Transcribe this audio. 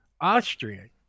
Austrian